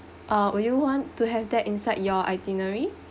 or would you want to have that inside your itinerary